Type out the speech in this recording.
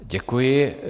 Děkuji.